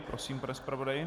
Prosím, pane zpravodaji.